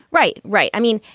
right. right i mean,